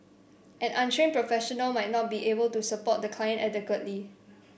an untrained professional might not be able to support the client adequately